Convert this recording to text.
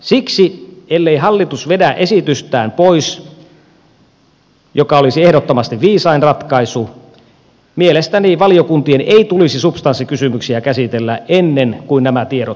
siksi ellei hallitus vedä esitystään pois mikä olisi ehdottomasti viisain ratkaisu mielestäni valiokuntien ei tulisi substanssikysymyksiä käsitellä ennen kuin nämä tiedot saadaan